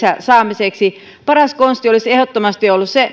saamiseksi paras konsti olisi ehdottomasti ollut se